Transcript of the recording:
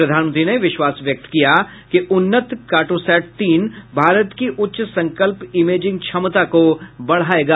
प्रधानमंत्री ने विश्वास व्यक्त किया कि उन्नत कार्टोसैट तीन भारत की उच्च संकल्प इमेजिंग क्षमता को बढ़ाएगा